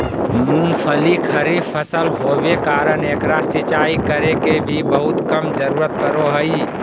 मूंगफली खरीफ फसल होबे कारण एकरा सिंचाई करे के भी बहुत कम जरूरत पड़ो हइ